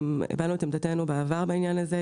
הבענו את עמדתנו בעבר בעניין הזה,